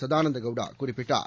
சதானந்த கௌடா குறிப்பிட்டார்